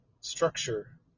structure